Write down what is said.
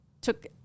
took